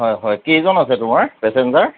হয় হয় কেইজন আছে তোমাৰ পেছেঞ্জাৰ